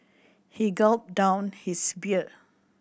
he gulped down his beer